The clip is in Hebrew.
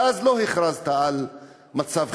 ואז לא הכרזת על מצב חירום.